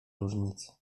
różnicy